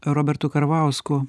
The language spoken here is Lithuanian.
robertu karvausku